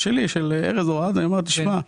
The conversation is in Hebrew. שלי של ארז אורעד אז אני אומר תשמע,